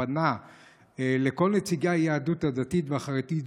פנה לכל נציגי היהדות הדתית והחרדית,